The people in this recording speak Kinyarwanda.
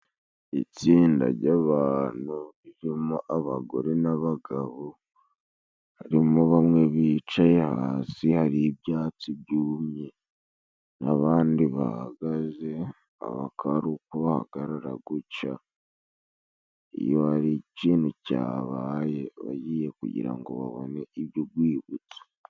Itsinda jy'abantu ririmo abagore n'abagabo harimo bamwe bicaye hasi, hari ibyatsi byumye n'abandi bahagaze akaba ari uko bahagarara guca iyo hari ikintu cyabaye, bagiye kugira ngo babone iby'ugwibutso.